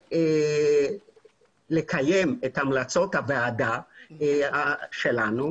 כדי לקיים את המלצות הוועדה שלנו,